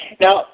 Now